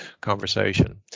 conversation